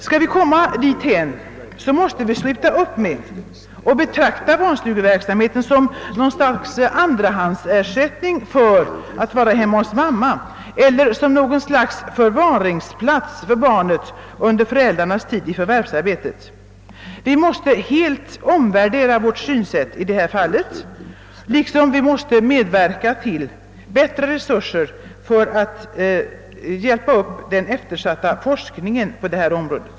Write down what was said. Skall vi komma dithän måste vi sluta upp med att betrakta barnstugeverksamheten som något slags andrahandsersättning för att vara hemma hos mamma eller som något slags förvaringsplats för barnet under föräldrarnas tid i förvärvsarbete. Vi måste helt omvärdera vårt synsätt i detta fall liksom vi måste medverka till bättre resurser för att hjälpa upp den eftersatta forskningen på detta område.